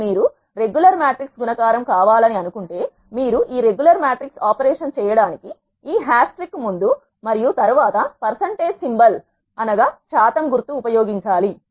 కానీ మీరు regular matrix గుణకారం కావాలని అనుకుంటే మీరు ఈ రెగ్యులర్ మ్యాట్రిక్స్ ఆపరేషన్ చేయడానికి ఈ హాష్ ట్రిక్ ముందు మరియు తరువాత పర్సెంటేజ్ సింబల్ లేదా శాతం గుర్తు ఉపయోగించాలి